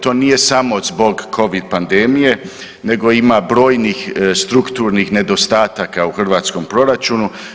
To nije samo zbog Covid pandemije nego ima brojnih strukturnih nedostataka u hrvatskom proračunu.